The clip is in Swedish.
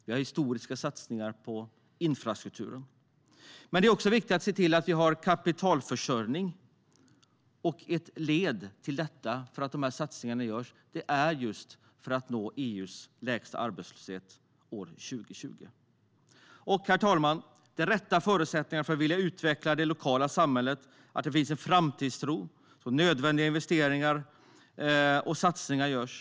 Vi gör historiskt stora satsningar på infrastrukturen. Det är även viktigt att se till att vi har kapitalförsörjning. Ett led i att satsningarna görs är just att nå EU:s lägsta arbetslöshet år 2020. Herr talman! De rätta förutsättningarna för att vilja utveckla det lokala samhället är att det finns framtidstro så att nödvändiga satsningar och investeringar görs.